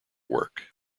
work